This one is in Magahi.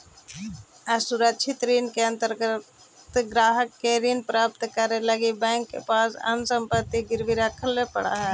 असुरक्षित ऋण के अंतर्गत ग्राहक के ऋण प्राप्त करे लगी बैंक के पास अपन संपत्ति गिरवी न रखे पड़ऽ हइ